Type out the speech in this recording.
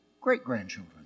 great-grandchildren